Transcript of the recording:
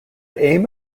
aim